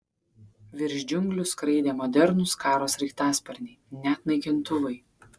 virš džiunglių skraidė modernūs karo sraigtasparniai net naikintuvai